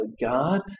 God